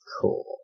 Cool